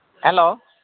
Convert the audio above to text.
hello